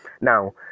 Now